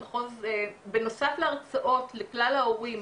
בנוסף להרצאות לכלל ההורים,